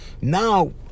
Now